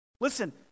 Listen